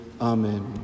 Amen